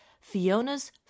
Fiona's